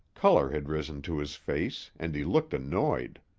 color had risen to his face, and he looked annoyed.